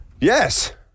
Yes